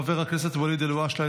חבר הכנסת ואליד אלהואשלה,